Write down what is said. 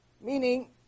meaning